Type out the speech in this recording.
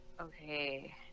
okay